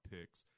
picks